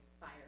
fire